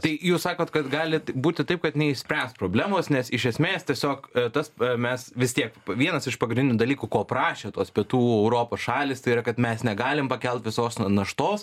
tai jūs sakot kad galit būti taip kad neišspręs problemos nes iš esmės tiesiog tas e mes vis tiek vienas iš pagrindinių dalykų ko prašė tos pietų europos šalys tai yra kad mes negalim pakelt visos na naštos